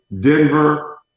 Denver